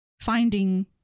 finding